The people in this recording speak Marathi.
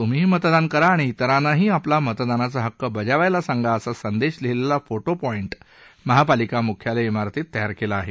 तुम्हीही मतदान करा आणि इतरांनाही आपला मतदानाचा हक्क बजावायला सांगा असा संदेश लिहिलेला फोटो पॉईंट महापालिका मुख्यालय इमारतीत तयार केला आहे